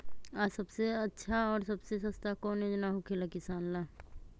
आ सबसे अच्छा और सबसे सस्ता कौन योजना होखेला किसान ला?